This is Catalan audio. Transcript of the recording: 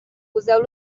poseu